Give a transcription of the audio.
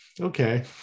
okay